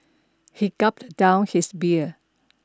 he gulped down his beer